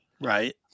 Right